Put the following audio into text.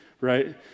right